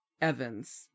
Evans